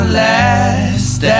last